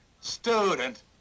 Student